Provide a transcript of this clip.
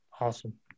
Awesome